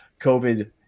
COVID